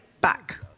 back